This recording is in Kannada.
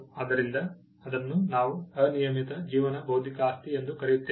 ಆದ್ದರಿಂದ ಇದನ್ನು ನಾವು ಅನಿಯಮಿತ ಜೀವನ ಬೌದ್ಧಿಕ ಆಸ್ತಿ ಎಂದು ಕರೆಯುತ್ತೇವೆ